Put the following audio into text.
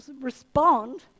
respond